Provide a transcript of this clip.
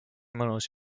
mõnus